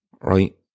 right